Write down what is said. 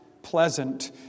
Pleasant